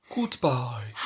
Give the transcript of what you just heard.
Goodbye